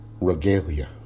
regalia